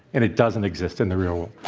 and it doesn't exist in the real